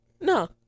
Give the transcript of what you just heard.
No